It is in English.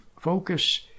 focus